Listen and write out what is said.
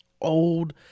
old